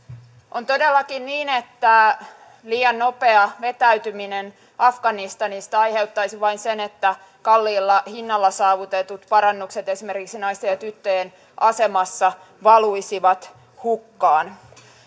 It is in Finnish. on todellakin niin että liian nopea vetäytyminen afganistanista aiheuttaisi vain sen että kalliilla hinnalla saavutetut parannukset esimerkiksi naisten ja tyttöjen asemassa valuisivat hukkaan